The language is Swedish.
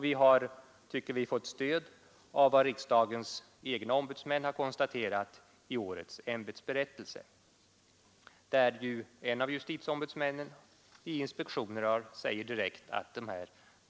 Vi har, tycker vi, fått stöd av vad riksdagens egna ombudsmän har konstaterat i årets ämbetsberättelse, där en av justitieombudsmännen säger direkt att